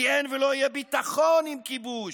כי אין ולא יהיה ביטחון עם כיבוש,